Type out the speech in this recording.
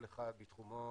כל אחד בתחומו,